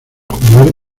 jugar